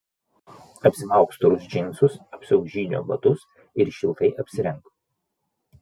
apsimauk storus džinsus apsiauk žygio batus ir šiltai apsirenk